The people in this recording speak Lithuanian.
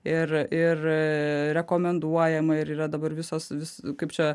ir ir rekomenduojama ir yra dabar visos vis kaip čia